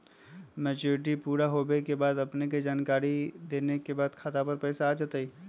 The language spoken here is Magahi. मैच्युरिटी पुरा होवे के बाद अपने के जानकारी देने के बाद खाता पर पैसा आ जतई?